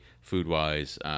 food-wise